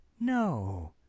No